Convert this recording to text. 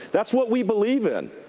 that's what we believe in.